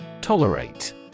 Tolerate